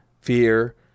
fear